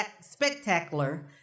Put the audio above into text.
spectacular